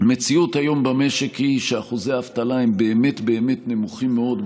המציאות היום במשק היא שאחוזי האבטלה הם באמת באמת נמוכים מאוד,